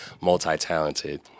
multi-talented